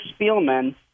Spielman